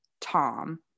Tom